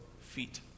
feet